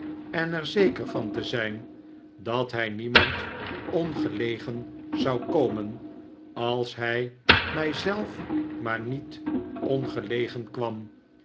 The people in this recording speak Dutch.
en er zeker van te zijn dat hij niemand ongelegen zou komen als hij mij zelf maar niet ongelegen kwam